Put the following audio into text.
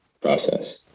process